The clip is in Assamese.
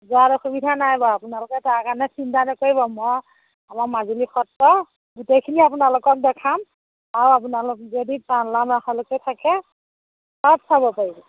যোৱাত অসুবিধা নাই বাৰু আপোনালোকে তাৰ কাৰণে চিন্তা নকৰিব মই আমাৰ মাজুলী সত্ৰ গোটেইখিনি আপোনালোকক দেখুৱাম আৰু আপোনালোক যদি পালনাম ৰাসলৈকে থাকে সব চাব পাৰিব